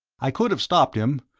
i could have stopped him,